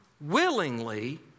willingly